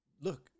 look